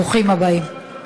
ברוכים הבאים.